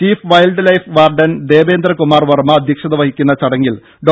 chief wild life warden Devendra Kumar Varma അധ്യക്ഷത വഹിക്കുന്ന ചടങ്ങിൽ ഡോ